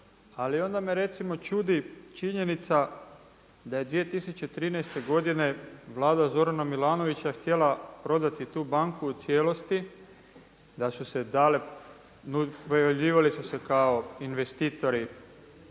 Ali onda me recimo čudi činjenica da je 2013. godine Vlada Zorana Milanovića htjela prodati tu banku u cijelosti, da su se dale, privređivale su se kao investitori